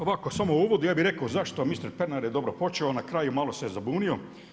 Ovako samo u uvodu, ja bih rekao zašto mister Pernar je dobro počeo, na kraju malo se zabunio.